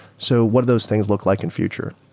so what are those things look like in future?